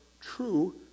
true